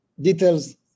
details